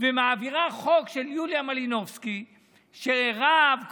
ומעבירה חוק של יוליה מלינובסקי שרב,